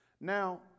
Now